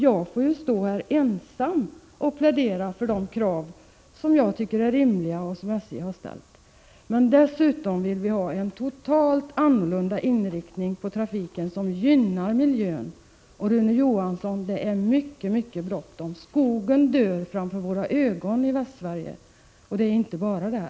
Jag får ju stå här ensam och plädera för de krav som jag tycker är rimliga och som SJ har ställt. Dessutom vill vi ha en helt annorlunda inriktning på trafiken som gynnar miljön. Och det är mycket bråttom med detta — skogen dör framför våra ögon i Västsverige och inte bara där.